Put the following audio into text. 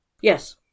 Yes